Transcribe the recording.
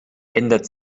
ändert